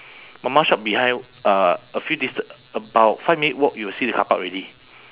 mama shop behind uh a few dista~ about five minute walk you will see the carpark already